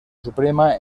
suprema